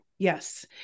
Yes